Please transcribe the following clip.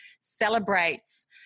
celebrates